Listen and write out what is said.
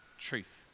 Truth